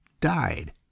died